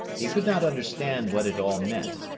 he could not understand what it all meant.